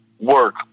work